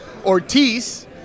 Ortiz